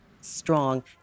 strong